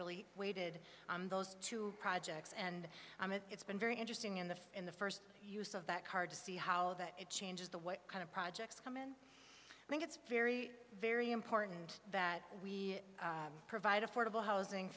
really weighted on those two projects and i mean it's been very interesting in the in the first use of that card to see how it changes the what kind of projects come in i think it's very very important that we provide affordable housing